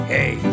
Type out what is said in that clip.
Hey